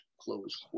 Close